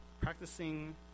practicing